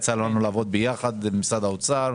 יצא לנו לעבוד יחד במשרד האוצר.